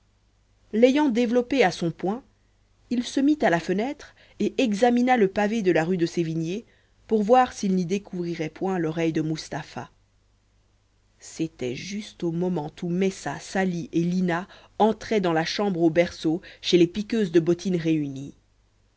l'ayant développée à son point il se mit à la fenêtre et examina le pavé de la rue de sévigné pour voir s'il n'y découvrirait point l'oreille de mustapha c'était juste au moment où messa sali et lina entraient dans la chambre au berceau chez les piqueuses de bottines réunies